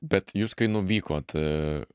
bet jūs kai nuvykot